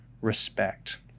respect